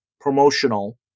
promotional